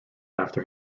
after